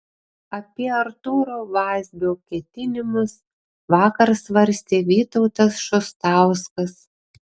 apie artūro vazbio ketinimus vakar svarstė vytautas šustauskas